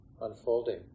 unfolding